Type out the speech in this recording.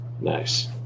nice